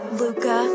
luca